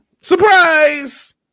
surprise